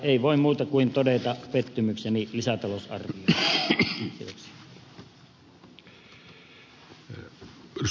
en voi muuta kuin todeta pettymykseni lisätalousarvioon